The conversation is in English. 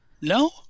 No